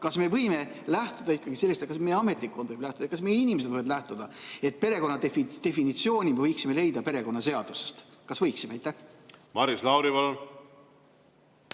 Kas me võime lähtuda ikkagi sellest ja kas meie ametnikkond võib lähtuda sellest, kas meie inimesed võivad lähtuda sellest, et perekonna definitsiooni me võiksime leida perekonnaseadusest? Kas võiksime? Maris Lauri,